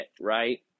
right